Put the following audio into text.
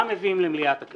מה מביאים למליאת הכנסת.